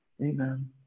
Amen